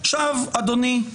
אדוני,